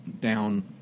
down